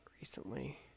recently